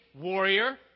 warrior